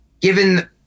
given